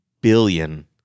billion